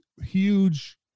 huge